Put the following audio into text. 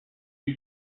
you